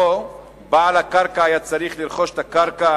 שבו בעל הקרקע היה צריך לרכוש את הקרקע